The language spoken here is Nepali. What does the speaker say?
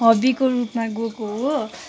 हबीको रूपमा गएको हो